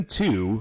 two